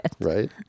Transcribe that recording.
right